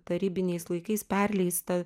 tarybiniais laikais perleista